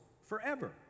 forever